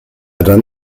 dann